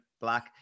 black